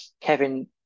Kevin